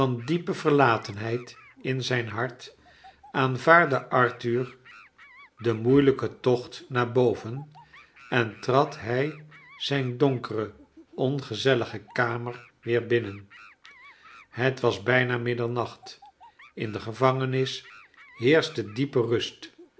diepe verlatenheid in zijn hart aanvaardde arthur den moeilijken tocht naar boven en trad hij zijn donkere onge ellige kamer weer binnen ilet was bijna middernacht in de j e van gen is heers elite diepe rust